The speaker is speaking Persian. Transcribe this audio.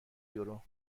یورو